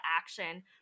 action